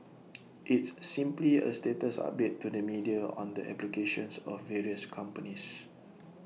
it's simply A status update to the media on the applications of various companies